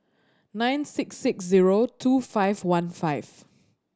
nine six six zero two five one five